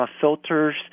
filters